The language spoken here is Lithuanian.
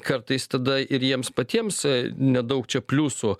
kartais tada ir jiems patiems nedaug čia pliusų